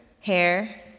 hair